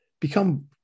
become